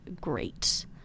great